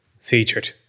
featured